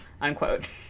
Unquote